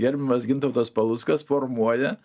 gerbiamas gintautas paluckas formuoja